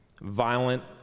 Violent